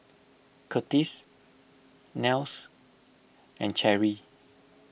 Curtis Nels and Cherry